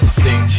sing